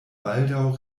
baldaŭ